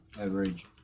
average